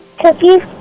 Cookies